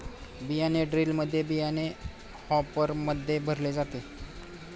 बियाणे ड्रिलमध्ये बियाणे हॉपरमध्ये भरले जाते